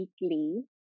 weekly